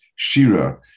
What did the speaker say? Shira